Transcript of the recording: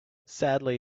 sadly